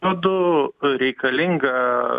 ūdu reikalinga